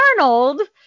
Arnold